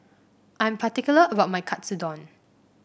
I'm particular about my Katsudon